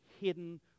hidden